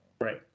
Right